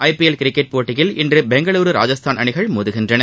ஐ P L cricket போட்டியில் இன்று பெங்களூரு ராஜஸ்தான் அணிகள் மோதுகின்றன